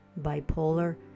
bipolar